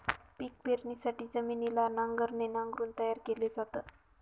पिक पेरणीसाठी जमिनीला नांगराने नांगरून तयार केल जात